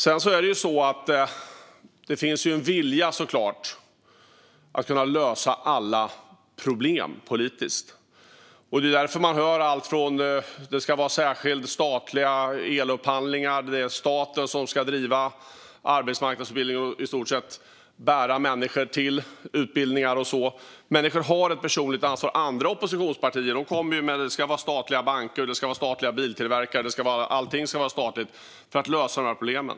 Sedan finns det såklart en vilja att kunna lösa alla problem politiskt. Det är därför man hör allt från att det ska vara särskilda statliga elupphandlingar till att staten ska bedriva arbetsmarknadsutbildning och i stort sett bära människor till utbildningen. Människor har dock ett personligt ansvar. Andra oppositionspartier kommer med att det ska vara statliga banker, statliga biltillverkare och statligt allting för att lösa de här problemen.